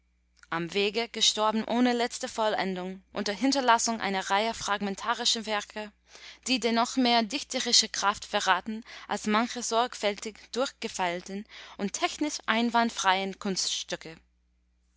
am wege gestorben ohne letzte vollendung unter hinterlassung einer reihe fragmentarischer werke die dennoch mehr dichterische kraft verraten als manche sorgfältig durchgefeilten und technisch einwandfreien kunststücke